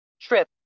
trip